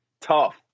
Tough